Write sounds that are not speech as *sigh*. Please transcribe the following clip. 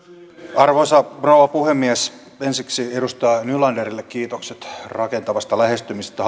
arvoisa rouva puhemies ensiksi edustaja nylanderille kiitokset rakentavasta lähestymisestä *unintelligible*